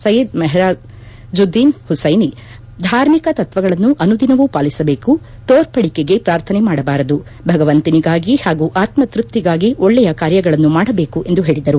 ಸೈಯ್ಲದ್ ಮೆಹರಾಜುದ್ದೀನ್ ಹುಸೈನಿ ಧಾರ್ಮಿಕ ತತ್ವಗಳನ್ನು ಅನುದಿನವೂ ಪಾಲಿಸಬೇಕು ತೋರ್ಪಡಿಗೆ ಪ್ರಾರ್ಥನೆ ಮಾಡಬಾರದು ಭಗವಂತನಿಗಾಗಿ ಹಾಗೂ ಆತ್ಪತ್ರಪ್ತಿಗಾಗಿ ಒಳ್ಳೆ ಕಾರ್ಯಗಳನ್ನು ಮಾಡಬೇಕು ಎಂದು ಹೇಳಿದರು